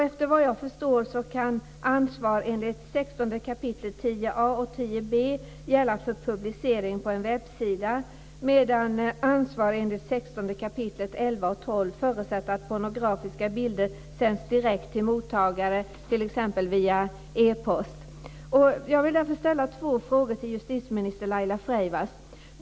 Efter vad jag förstår kan ansvar enligt 16 kap. 10 a och 10 b §§ gälla för publicering på en websida, medan ansvar enligt 16 kap. 11 Laila Freivalds.